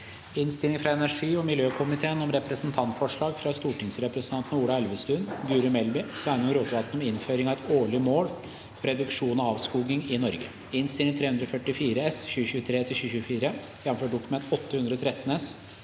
Innstilling fra energi- og miljøkomiteen om Representantforslag fra stortingsrepresentantene Ola Elvestuen, Guri Melby og Sveinung Rotevatn om innføring av et årlig mål for reduksjon av avskoging i Norge (Innst. 344 S (2023–2024), jf. Dokument 8:113